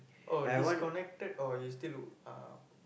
oh disconnected or you still w~ uh